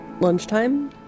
lunchtime